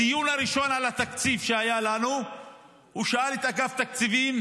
בדיון הראשון שהיה לנו על התקציב הוא שאל את אגף תקציבים: